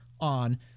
on